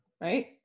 right